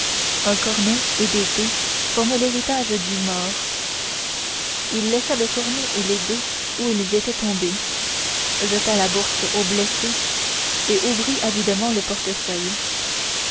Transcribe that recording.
un cornet et des dés formaient l'héritage du mort il laissa le cornet et les dés où ils étaient tombés jeta la bourse au blessé et ouvrit avidement le portefeuille